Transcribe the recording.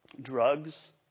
drugs